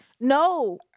no